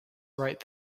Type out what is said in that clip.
right